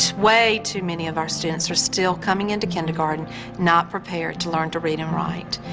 way too many of our students are still coming into kindergarten not prepared to learn to read and write.